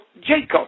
Jacob